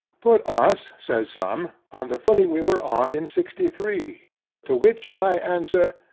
put us, say some, on the footing we were on in sixty-three to which i answer,